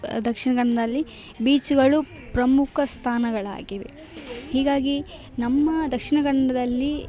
ದಕ್ಷಿಣ ಕನ್ನಡದಲ್ಲಿ ಬೀಚುಗಳು ಪ್ರಮುಖ ಸ್ಥಾನಗಳಾಗಿವೆ ಹೀಗಾಗಿ ನಮ್ಮ ದಕ್ಷಿಣ ಕನ್ನಡದಲ್ಲಿ